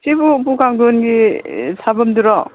ꯁꯤꯕꯨ ꯎꯄꯨ ꯀꯥꯡꯊꯣꯟꯒꯤ ꯁꯥꯕꯝꯗꯨꯔꯣ